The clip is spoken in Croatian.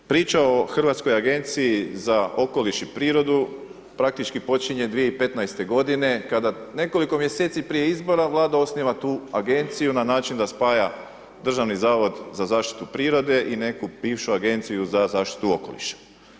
Priča o Hrvatskoj agenciji za okoliš i prirodu praktički postaje 2015. godine kada nekoliko mjeseci prije izbora Vlada osniva tu agenciju na način da spaja Državni zavod za zaštitu prirode i neku bivšu Agenciju za zaštitu okoliša.